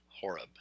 Horeb